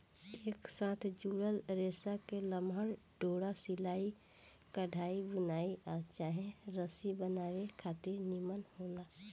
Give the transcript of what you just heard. एक साथ जुड़ल रेसा के लमहर डोरा सिलाई, कढ़ाई, बुनाई आ चाहे रसरी बनावे खातिर निमन होला